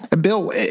Bill